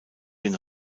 den